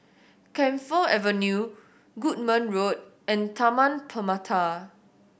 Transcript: Camphor Avenue Goodman Road and Taman Permata